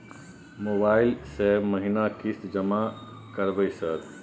Mobile से महीना किस्त जमा करबै सर?